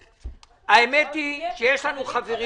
כמובן, שלא יהיה כפל.